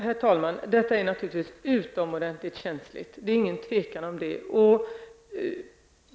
Herr talman! Detta är utomordentligt känsligt, det råder inget tvivel om det.